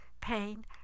pain